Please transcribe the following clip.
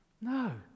No